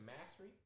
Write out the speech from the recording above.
mastery